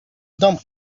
dumb